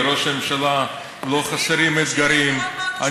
לראש הממשלה לא חסרים אתגרים.